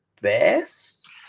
best